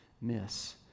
miss